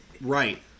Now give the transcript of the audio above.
right